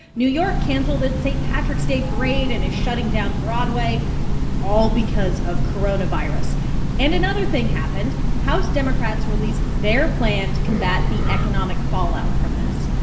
new york canceled its st. patrick's day parade and is shutting down broadway all because of coronavirus and another thing happened house democrats released their plan to combat the economic fallout from this.